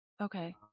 Okay